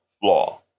flaw